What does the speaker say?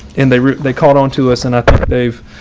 and they they caught on to us. and they've,